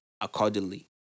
accordingly